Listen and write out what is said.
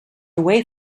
away